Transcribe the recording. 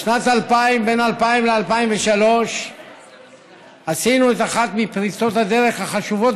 בין 2000 ל-2003 עשינו את אחת מפריצות הדרך החשובות